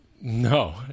No